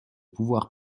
pouvoir